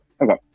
Okay